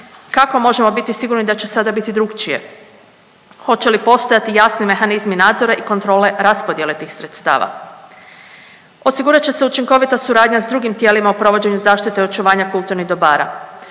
Kako možemo biti sigurni da će sada biti drukčije? Hoće li postojati jasni mehanizmi nadzora i kontrole raspodjele tih sredstava? Osigurat će se učinkovita suradnja s drugim tijelima u provođenju zaštite očuvanja kulturnih dobara.